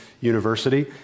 University